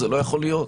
זה לא יכול להיות,